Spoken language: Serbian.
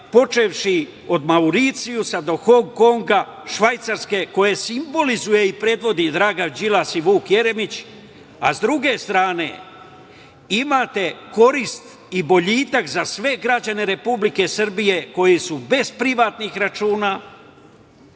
počevši od Mauricijusa do Hongkonga, Švajcarske, koje simbolizuje i predvodi Dragan Đilas i Vuk Jeremić, a s druge strane imate korist i boljitak za sve građane Republike Srbije, koji su bez privatnih računa,